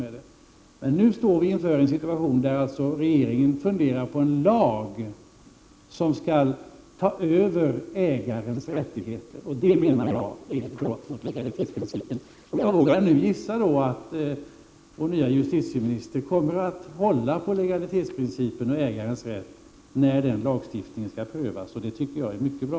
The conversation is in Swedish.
Nu står vi emellertid inför en situation där regeringen funderar på en lag som skall ta över ägarens rättigheter, och det är, enligt min uppfattning, ett brott mot legalitetsprincipen. Och jag vågar nu gissa att vår nya justitieminister kommer att hålla på legalitetsprincipen och ägarens rätt när denna lagstiftning skall prövas, och det tycker jag är mycket bra.